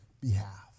behalf